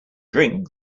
drink